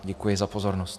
Děkuji za pozornost.